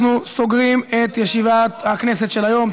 אנחנו סוגרים את ישיבת הכנסת של היום.